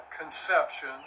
conception